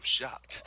shocked